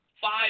five